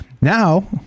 now